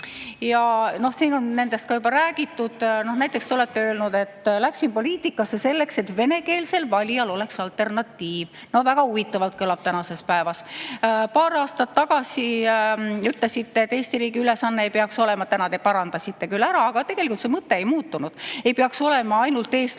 Siin on nendest ka juba räägitud. Näiteks te olete öelnud, et läksin poliitikasse selleks, et venekeelsel valijal oleks alternatiiv – no väga huvitavalt kõlab tänasel päeval. Paar aastat tagasi ütlesite, et Eesti riigi ülesanne – täna te parandasite küll ära, aga tegelikult mõte ei muutunud – ei peaks olema ainult eestluse